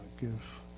give